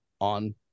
On